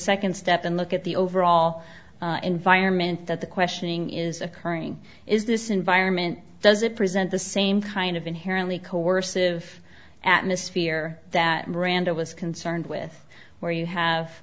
second step and look at the overall environment that the questioning is occurring is this environment does it present the same kind of inherently coercive atmosphere that miranda was concerned with where you have